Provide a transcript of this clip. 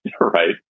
right